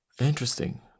interesting